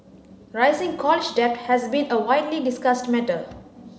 rising college debt has been a widely discussed matter